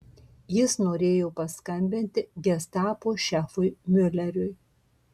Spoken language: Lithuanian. jis norėjo paskambinti gestapo šefui miuleriui